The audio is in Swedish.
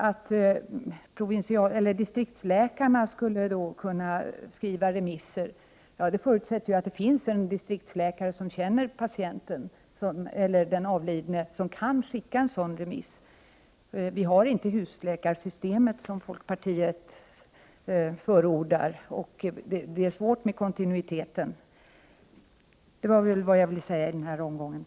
Att distriktsläkarna skulle skriva remisser förutsätter att det finns en distriktsläkare som känner den avlidne och kan skicka en sådan remiss. Vi har inte något husläkarsystem, som ju folkpartiet förordar. Det är svårt med kontinuiteten. Det var väl vad jag ville säga i denna omgång. Tack!